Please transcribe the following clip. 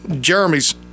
Jeremy's